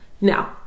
Now